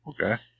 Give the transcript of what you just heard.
okay